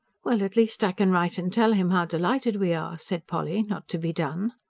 well, at least i can write and tell him how delighted we are, said polly, not to be done.